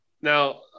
Now